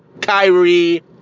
Kyrie